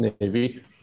Navy